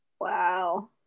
Wow